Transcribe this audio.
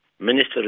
Minister